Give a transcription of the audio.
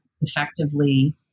effectively